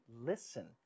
listen